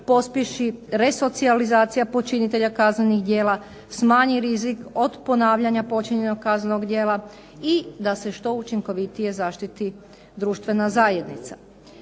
pospješi resocijalizacija počinitelja kaznenih djela, smanji rizik od ponavljanja počinjenog kaznenog djela i da se što učinkovitije zaštiti društvena zajednica.